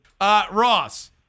Ross